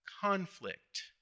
conflict